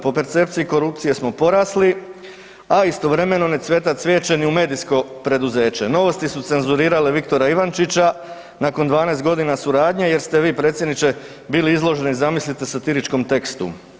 Po percepciji korupcije smo porasli, a istovremeno ne cveta cvijeće ni u medijsko preduzeće, novosti su cenzurirale Viktora Ivančića nakon 12 godina suradnje, jer ste vi, predsjedniče, bili izloženi, zamislite, satiričkom tekstu.